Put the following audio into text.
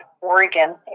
Oregon